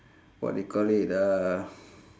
what they call it uh